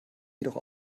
jedoch